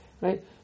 right